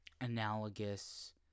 analogous